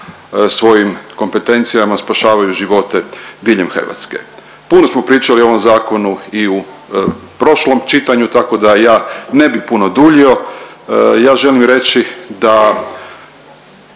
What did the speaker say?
svojim kompetencijama spašavaju živote diljem Hrvatske. Puno smo pričali o ovom zakonu i u prošlom čitanju tako da ja ne bih puno duljio, ja želim reći da